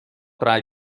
drei